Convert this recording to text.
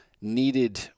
needed